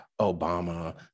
Obama